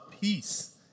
peace